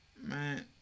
man